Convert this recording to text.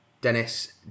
Dennis